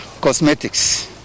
cosmetics